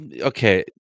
Okay